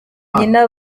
nina